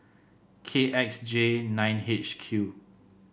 K X J nine H Q